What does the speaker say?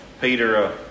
Peter